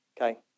okay